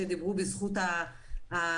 ושדיברו בזכות סגולות